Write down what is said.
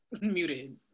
muted